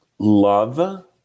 Love